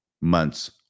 months